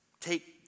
take